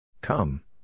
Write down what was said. Come